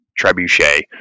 trebuchet